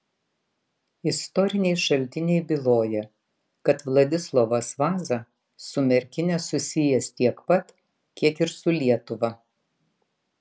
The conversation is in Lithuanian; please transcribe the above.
istoriniai šaltiniai byloja kad vladislovas vaza su merkine susijęs tiek pat kiek ir su lietuva